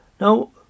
Now